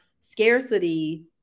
scarcity